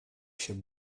się